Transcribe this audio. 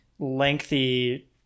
lengthy